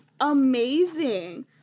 amazing